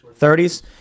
30s